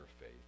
faith